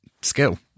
skill